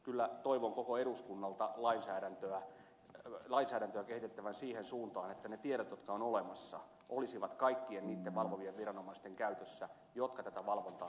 kyllä toivon koko eduskunnalta lainsäädäntöä kehitettävän siihen suuntaan että ne tiedot jotka ovat olemassa olisivat kaikkien niitten valvovien viranomaisten käytössä jotka tätä valvontaa tekevät